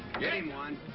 get him one.